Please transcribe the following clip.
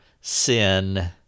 Sin